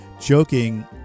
joking